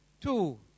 two